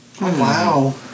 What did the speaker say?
Wow